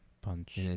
punch